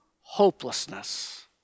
hopelessness